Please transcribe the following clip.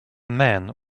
man